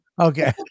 Okay